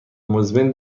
مزمن